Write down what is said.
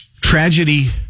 tragedy